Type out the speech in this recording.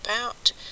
out